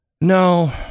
No